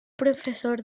professor